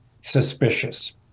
Suspicious